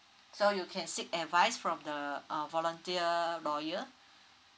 so you can seek advice from the uh volunteer lawyer